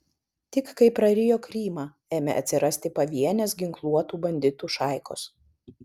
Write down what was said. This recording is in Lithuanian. tik kai prarijo krymą ėmė atsirasti pavienės ginkluotų banditų šaikos